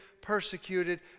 persecuted